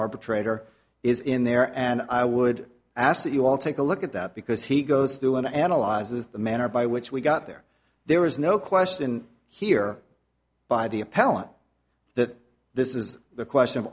arbitrator is in there and i would ask that you all take a look at that because he goes through in analyzes the manner by which we got there there is no question here by the appellant that this is the question of